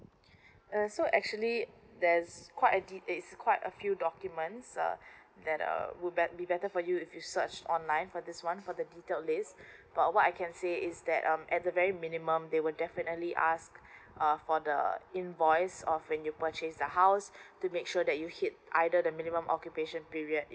uh so actually there's quite a~ it's quite a few documents uh that um would that be better for you if you search online for this one for the detail list uh what I can say is that um at the very minimum they will definitely ask uh for the invoice of when you purchase the house to make sure that you hit either the minimum occupation period